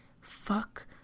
fuck